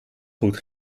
goed